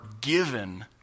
given